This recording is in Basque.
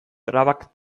trabak